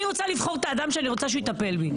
אני רוצה לבחור את האדם שאני רוצה שהוא יטפל בי.